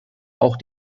auch